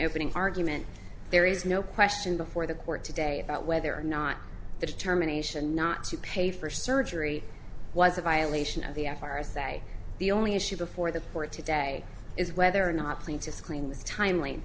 opening argument there is no question before the court today about whether or not the determination not to pay for surgery was a violation of the f r i say the only issue before the court today is whether or not plaintiff claim is timely